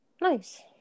nice